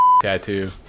tattoo